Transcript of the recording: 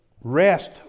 Rest